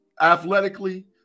athletically